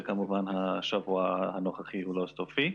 וכמובן השבוע הנוכחי הוא לא סופי.